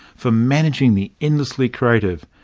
for managing the endlessly creative,